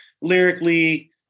lyrically